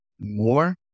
more